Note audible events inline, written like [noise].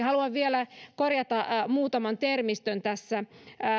[unintelligible] haluan vielä korjata muutamaa termiä tässä